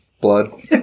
blood